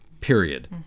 period